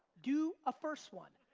do a first one.